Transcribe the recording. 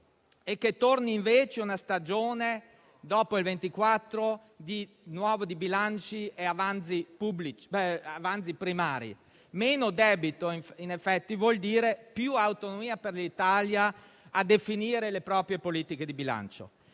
UE e torni, invece, a una stagione di bilanci e avanzi primari. Meno debito, in effetti, vuol dire più autonomia per l'Italia a definire le proprie politiche di bilancio